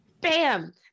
Bam